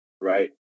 right